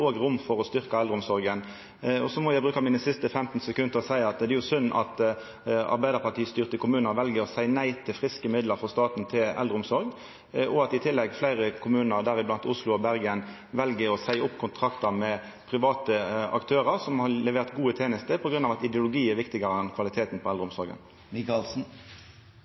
er rom for å styrkja eldreomsorga. Så må eg bruka mine siste 15 sekund på å seia at det er synd at arbeidarpartistyrte kommunar vel å seia nei til friske midlar frå staten til eldreomsorg, og i tillegg at fleire kommunar, blant dei Oslo og Bergen, vel å seia opp kontraktar med private aktørar som har levert gode tenester, på grunn av at ideologi er viktigare enn kvaliteten på eldreomsorga.